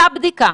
אותה בדיקה.